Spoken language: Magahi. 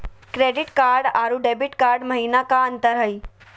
क्रेडिट कार्ड अरू डेबिट कार्ड महिना का अंतर हई?